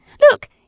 Look